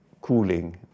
cooling